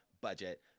budget